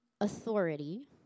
authority